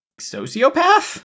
sociopath